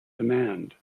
demand